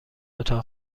اتاق